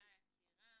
תודה, יקירה.